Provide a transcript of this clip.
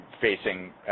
facing